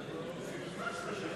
נוכח אופיר פינס-פז,